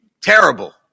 Terrible